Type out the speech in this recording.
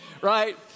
Right